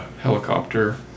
helicopter